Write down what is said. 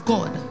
God